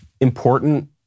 important